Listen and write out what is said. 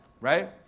right